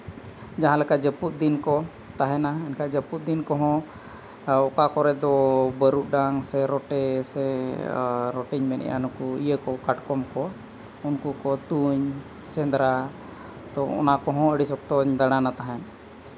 ᱡᱟᱦᱟᱸ ᱞᱮᱠᱟ ᱡᱟᱹᱯᱩᱫ ᱫᱤᱱ ᱠᱚ ᱛᱟᱦᱮᱱᱟ ᱮᱱᱠᱷᱟᱱ ᱡᱟᱹᱯᱩᱫ ᱫᱤᱱ ᱠᱚᱦᱚᱸ ᱚᱠᱟ ᱠᱚᱨᱮ ᱫᱚ ᱵᱟᱹᱨᱩ ᱰᱟᱝ ᱥᱮ ᱨᱚᱴᱮ ᱨᱚᱴᱮᱧ ᱢᱮᱱᱮᱫᱼᱟ ᱤᱭᱟᱹ ᱠᱟᱴᱠᱚᱢ ᱠᱚ ᱩᱱᱠᱩ ᱠᱚ ᱛᱩᱧ ᱥᱮᱸᱫᱽᱨᱟ ᱚᱱᱟ ᱠᱚᱦᱚᱸ ᱟᱹᱰᱤ ᱥᱚᱠᱛᱚᱧ ᱫᱟᱬᱟᱱᱟ ᱛᱟᱦᱮᱸᱫ